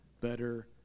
better